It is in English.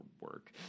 work